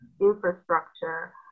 infrastructure